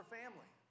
family